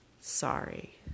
sorry